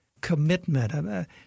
commitment